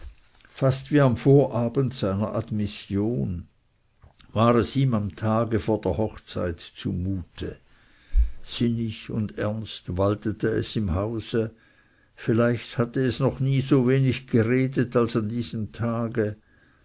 fast wie am vorabend seiner admission war es ihm am tage vor der hochzeit zumute sinnig und ernst waltete es im hause vielleicht hatte es noch nie so wenig geredet als an diesem tage